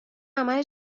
عمل